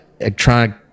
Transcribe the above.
electronic